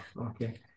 okay